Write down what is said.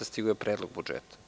Stigao je Predlog budžeta.